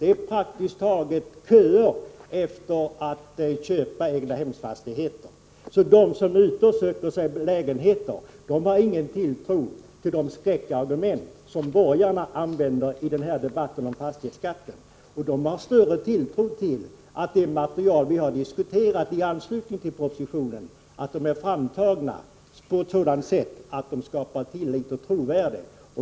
Det är praktiskt taget köer för att få köpa egnahemsfastigheter. De som är ute och söker lägenheter har ingen tilltro till de skräckargument som borgarna använder i denna debatt om fastighetsskatten. Dessa människor har större tilltro till att det material vi har diskuterat i anslutning till propositionen är framtaget på ett sådant sätt att det skapar tillit och trovärde.